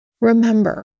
Remember